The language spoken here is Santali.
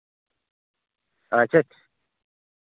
ᱟᱪᱪᱷᱟ